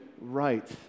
right